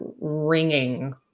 ringing